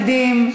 אחים?